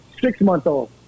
six-month-old